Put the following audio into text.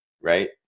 right